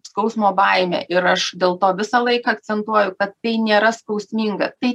skausmo baimę ir aš dėl to visąlaik akcentuoju kad tai nėra skausminga tai